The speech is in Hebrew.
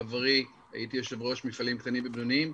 בעברי הייתי יושב ראש מפעלים קטנים ובינוניים.